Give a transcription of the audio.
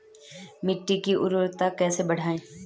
मिट्टी की उर्वरकता कैसे बढ़ायें?